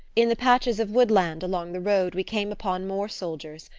in the patches of woodland along the road we came upon more soldiers,